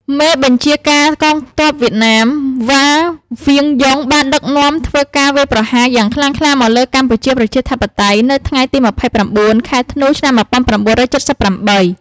មេបញ្ជាការទ័ពវៀតណាម វ៉ា ង្វៀនយុង បានដឹកនាំធ្វើការវាយប្រហារយ៉ាងខ្លាំងក្លាមកលើកម្ពុជាប្រជាធិបតេយ្យនៅថ្ងៃទី ២៩ ខែធ្នូ ឆ្នាំ ១៩៧៨។